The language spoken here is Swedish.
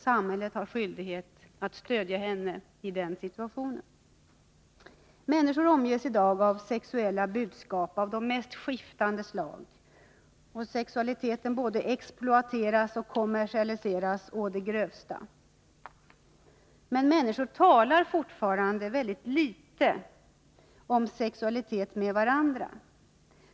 Samhället har skyldighet att stödja henne i denna situation. Människor omges i dag av sexuella budskap av de mest skiftande slag, och sexualiteten både exploateras och kommersialiseras å det grövsta. Men människor talar fortfarande väldigt litet om sexualitet med varandra.